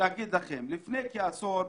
ולהגיד לכם: לפני כעשור,